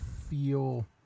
feel